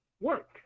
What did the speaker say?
work